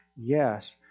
Yes